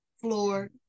floor